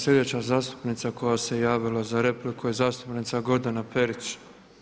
Sljedeća zastupnica koja se javila za repliku je zastupnica Grozdana Perić.